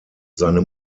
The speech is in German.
seine